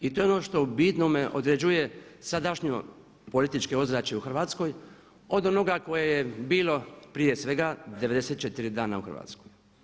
I to je ono što u bitnome određuje sadašnjost političkog ozračja u Hrvatskoj od onoga koje je bilo prije svega 94 dana u Hrvatskoj.